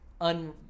Un-